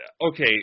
Okay